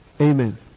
Amen